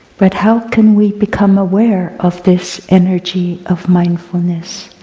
but how can we become aware of this energy of mindfulness,